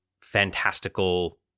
fantastical